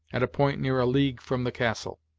at a point near a league from the castle.